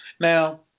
Now